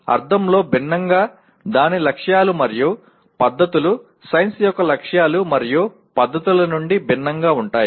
అర్థంలో భిన్నంగా దాని లక్ష్యాలు మరియు పద్ధతులు సైన్స్ యొక్క లక్ష్యాలు మరియు పద్ధతుల నుండి భిన్నంగా ఉంటాయి